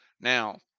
Now